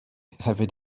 hefyd